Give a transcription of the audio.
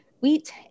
wheat